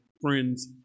Friends